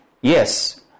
yes